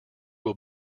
will